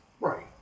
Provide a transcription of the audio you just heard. Right